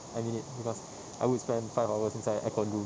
I mean it because I would spend five hours inside an aircon room